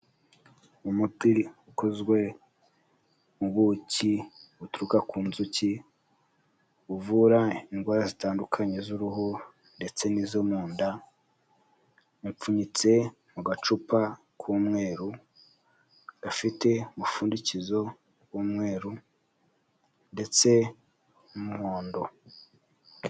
Umuti ukozwe mu buki buturuka ku nzuki buvura indwara zitandukanye z'uruhu ndetse n'izo mu nda yapfunyitse mu gacupa k'umweru gafite umupfundikizo w'umweru ndetse n'umuhondo.